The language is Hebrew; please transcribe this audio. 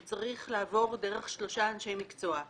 הוא צריך לעבור דרך שלושה אנשי מקצוע.